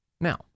Now